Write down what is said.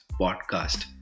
Podcast